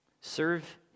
Serve